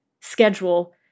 schedule